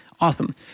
awesome